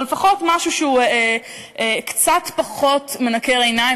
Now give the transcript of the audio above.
אבל לפחות משהו שהוא קצת פחות מנקר עיניים